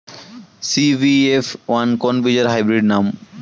CBF one কোন বীজের hybrid নাম?